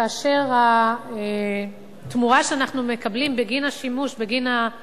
כאשר התמורה שאנחנו מקבלים בגין התשלום